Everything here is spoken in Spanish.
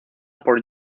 por